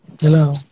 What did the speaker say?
Hello